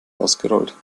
ausgerollt